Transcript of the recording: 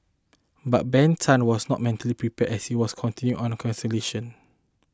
but Ben Tan was not mentally prepared as he was counting on a cancellation